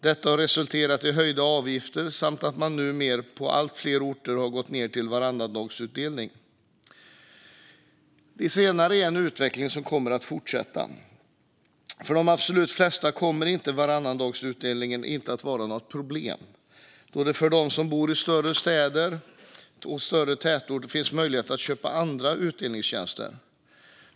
Detta har resulterat i höjda avgifter samt att man numera på allt fler orter har gått ned till varannandagsutdelning. Det senare är en utveckling som kommer att fortsätta. För de absolut flesta kommer varannandagsutdelning inte att vara något problem då det för dem som bor i städer och större tätorter finns möjlighet att köpa andra utdelningstjänster.